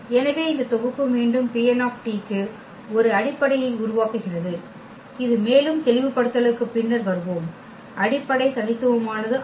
எனவே இந்த தொகுப்பு மீண்டும் Pn க்கு ஒரு அடிப்படையை உருவாக்குகிறது இது மேலும் தெளிவுபடுத்தலுக்கு பின்னர் வருவோம் அடிப்படை தனித்துவமானது அல்ல